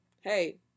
hey